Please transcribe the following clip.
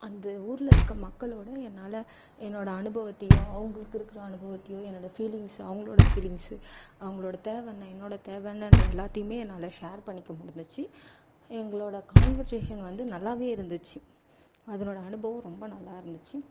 அந்த ஊரில் இருக்க மக்களோடய என்னால் என்னோடய அனுபவத்தையும் அவங்களுக்கு இருக்கிற அனுபவத்தையும் என்னோடய ஃபீலிங்ஸ் அவங்களோட ஃபீலிங்ஸ் அவங்களோடய தேவை என்ன என்னோடய தேவை என்னன்ற எல்லாத்தையுமே நான் என்னால் ஷேர் பண்ணிக்க முடிஞ்சிச்சு எங்களோடய கான்வர்ஷேஷன் வந்து நல்லாவே இருந்திச்சு அதனோடய அனுபவம் ரொம்ப நல்லா இருந்திச்சு